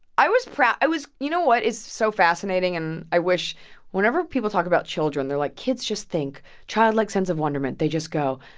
i was proud. it was you know what is so fascinating? and i wish whenever people talk about children, they're like, kids just think. childlike sense of wonderment. they just go.